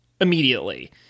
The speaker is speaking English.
immediately